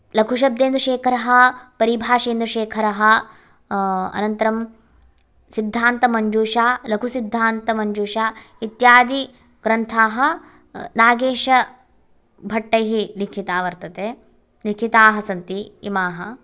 लघुशब्देन्दुशेखरः परिभाषेन्दुशेखरः अनन्तरं सिद्धान्तमञ्जूषा लघुसिद्धान्तमञ्जूषा इत्यादिग्रन्थाः नागेशभट्टैः लिखिता वर्तते लिखिताः सन्ति इमाः